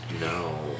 No